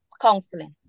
counseling